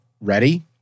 ready